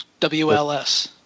WLS